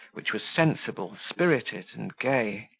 which was sensible, spirited, and gay.